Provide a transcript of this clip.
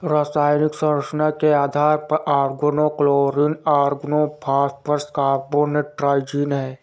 रासायनिक संरचना के आधार पर ऑर्गेनोक्लोरीन ऑर्गेनोफॉस्फेट कार्बोनेट ट्राइजीन है